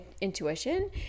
intuition